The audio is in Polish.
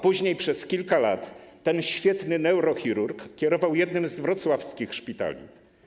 Później przez kilka lat ten świetny neurochirurg kierował jednym z wrocławskich szpitali.